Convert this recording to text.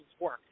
work